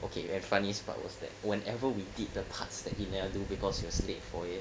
okay and funniest part was that whenever we did the parts that he never do because he was late for it